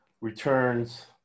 returns